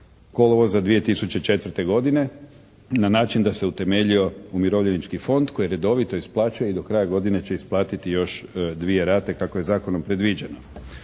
kolovoza 2004. godine. Na način da se utemeljio Umirovljenički fond koji redovito isplaćuje i do kraja godine će isplatiti još dvije rate kako je zakonom predviđeno.